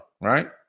right